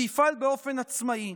ויפעל באופן עצמאי.